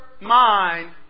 mind